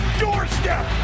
doorstep